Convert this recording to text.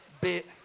bit